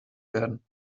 werden